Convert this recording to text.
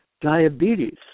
Diabetes